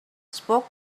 spoke